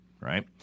Right